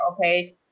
okay